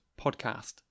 podcast